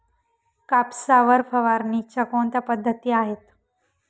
कापसावर फवारणीच्या कोणत्या पद्धती आहेत?